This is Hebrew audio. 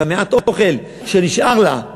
את מעט האוכל שנשאר לה,